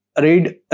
read